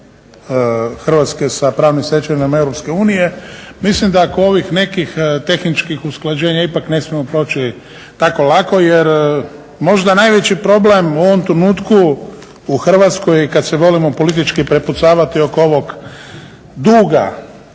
Hrvatske sa pravnim stečevinama EU mislim da oko ovih nekih tehničkih usklađenja ipak ne smijemo proći tako lako jer možda najveći problem u ovom trenutku u Hrvatskoj je i kad se volimo politički prepucavati oko ovog duga